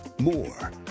More